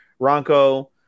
Ronco